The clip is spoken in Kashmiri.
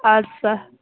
اَدٕ سا